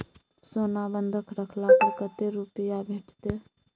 सोना बंधक रखला पर कत्ते रुपिया भेटतै?